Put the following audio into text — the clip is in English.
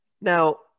Now